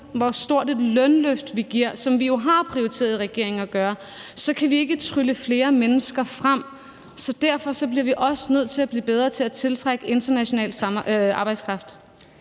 hvor stort et lønløft vi giver, hvilket regeringen jo har prioriteret, så kan vi ikke trylle flere mennesker frem. Derfor bliver vi også nødt til at blive bedre til at tiltrække international arbejdskraft.